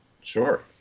Sure